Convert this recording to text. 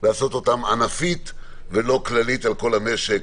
לעשות אותם ענפית, ולא כללית על כל המשק.